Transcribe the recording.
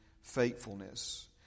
faithfulness